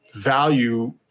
value